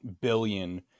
billion